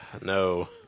no